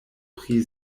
pri